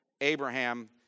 Abraham